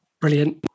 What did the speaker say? Brilliant